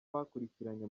bakurikiranye